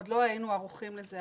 עוד לא היינו ערוכים לזה,